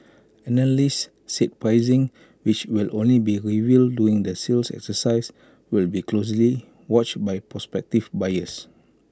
analysts said pricing which will only be revealed during the sales exercise will be closely watched by prospective buyers